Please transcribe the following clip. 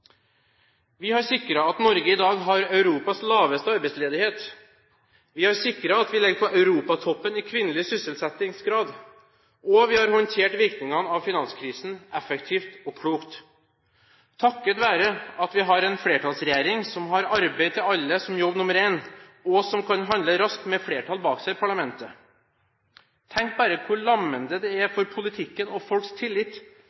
Vi har sikret at Norge i dag har Europas laveste arbeidsledighet. Vi har sikret at vi ligger på europatoppen i kvinnelig sysselsettingsgrad, og vi har håndtert virkningene av finanskrisen effektivt og klokt, takket være at vi har en flertallsregjering som har arbeid til alle som jobb nr. 1, og som kan handle raskt med flertall bak seg i parlamentet. Tenk bare på hvor lammende det er for politikken og for folks tillit